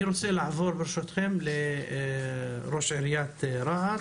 אני רוצה לעבור ברשותכם לראש עיריית רהט,